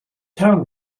town